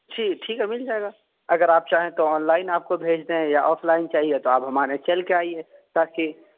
ٹھیک ٹھیک ہے مل جائے گا اگر آپ چاہیں تو آن لائن آپ کو بھیج دیں یا آف لائن چاہیے تو آپ ہمارے یہاں چل کے آئیے تاکہ